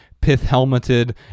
pith-helmeted